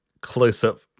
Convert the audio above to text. close-up